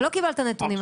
ולא קיבלת נתונים.